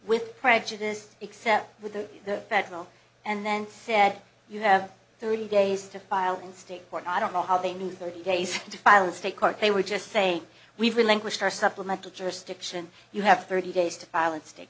with prejudice except with the federal and then said you have three days to file in state court i don't know how they knew thirty days to file a state court they were just saying we've relinquished our supplemental jurisdiction you have thirty days to file in state